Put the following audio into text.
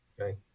okay